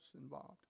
involved